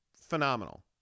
phenomenal